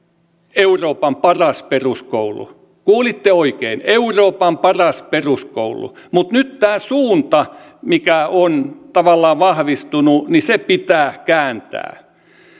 euroopan paras peruskoulu kuulitte oikein euroopan paras peruskoulu mutta nyt tämä suunta mikä on tavallaan vahvistunut pitää kääntää